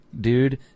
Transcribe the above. dude